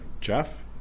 Jeff